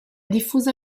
diffusa